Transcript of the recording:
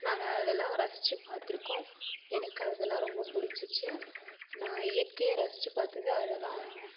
நாங்கள் அதெல்லாம் ரசித்து பாத்திருக்கோம் எனக்கு அதெல்லாம் ரொம்ப பிடிச்சிச்சு நான் இயற்கையை ரசித்து பார்த்தது அதெல்லாம்